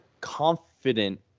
confident